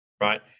right